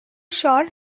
sure